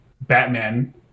Batman